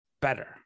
better